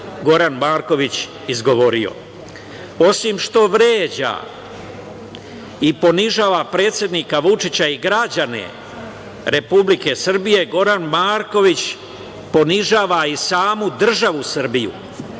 Goran Marković je izgovorio? Osim što vređa i ponižava predsednika Vučića i građane Republike Srbije, Goran Marković ponižava i samu državu Srbiju,